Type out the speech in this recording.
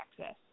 access